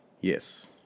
Yes